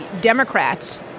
Democrats